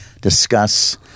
discuss